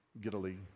Giddily